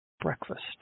breakfast